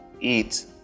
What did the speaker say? eat